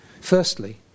Firstly